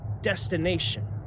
destination